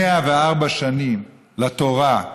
104 שנים לתורה,